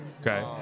Okay